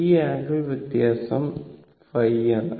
ഈ ആംഗിൾ വ്യത്യാസം ϕ ആണ്